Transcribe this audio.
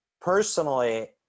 personally